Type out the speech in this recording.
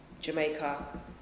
Jamaica